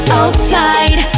outside